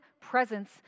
presence